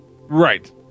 Right